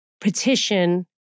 petition